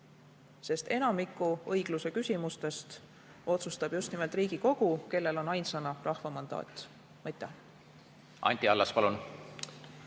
sest enamiku õigluse küsimustest otsustab just nimelt Riigikogu, kellel on ainsana rahva mandaat. Aitäh! See on